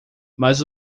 mas